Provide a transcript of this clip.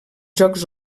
jocs